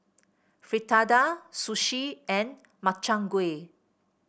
Fritada Sushi and Makchang Gui